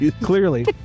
Clearly